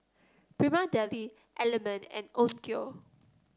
Prima Deli Element and Onkyo